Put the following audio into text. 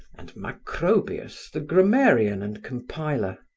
and macrobius the grammarian and compiler.